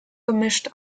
gemischt